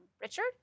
Richard